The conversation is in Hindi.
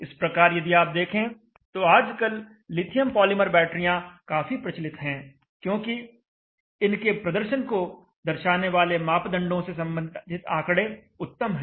इस प्रकार यदि आप देखें तो आजकल लिथियम पॉलीमर बैटरियाँ काफी प्रचलित हैं क्योंकि इनके प्रदर्शन को दर्शाने वाले मापदंडों से संबंधित आंकड़े उत्तम हैं